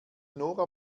nora